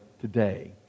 today